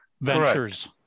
ventures